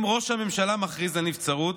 אם ראש הממשלה מכריז על נבצרות,